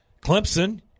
Clemson